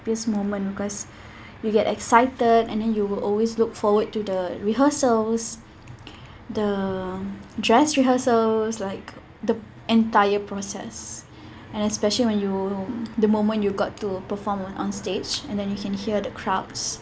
happiest moment because you get excited and then you will always look forward to the rehearsals the dress rehearsals like the entire process and especially when you the moment you got to performance on stage and then you can hear the crowds